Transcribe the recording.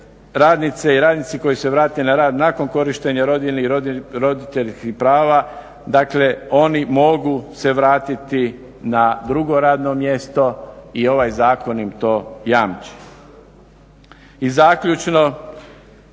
radnice i radnici koji se vrate na rad nakon korištenja rodiljnih i roditeljskih prava, dakle oni mogu se vratiti na drugo radno mjesto i ovaj zakon im to jamči. I zaključno.